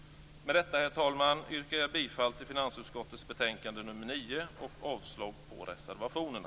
Med detta, fru talman, yrkar jag bifall till hemställan i finansutskottets betänkande nr 9 och avslag på reservationerna.